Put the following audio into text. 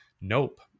Nope